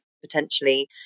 potentially